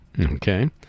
Okay